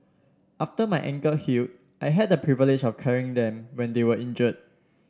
after my ankle healed I had the privilege of carrying them when they were injured